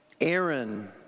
Aaron